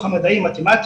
החינוך המדעי מתמטי,